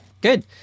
Good